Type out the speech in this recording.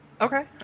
Okay